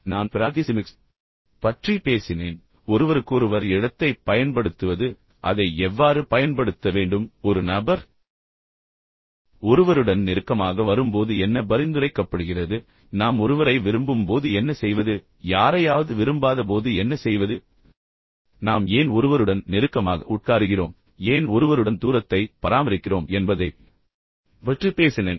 பின்னர் நான் பிராகிசிமிக்ஸ் பற்றி பேசினேன் ஒருவருக்கொருவர் இடத்தைப் பயன்படுத்துவது பின்னர் அதை எவ்வாறு பயன்படுத்த வேண்டும் ஒரு நபர் ஒருவருடன் நெருக்கமாக வரும்போது என்ன பரிந்துரைக்கப்படுகிறது நாம் ஒருவரை விரும்பும் போது என்ன செய்வது அல்லது யாரையாவது விரும்பாதபோது என் செய்வது நாம் ஏன் ஒருவருடன் நெருக்கமாக உட்காருகிறோம் ஏன் ஒருவருடன் தூரத்தை பராமரிக்கிறோம் என்பதைப் பற்றி பேசினேன்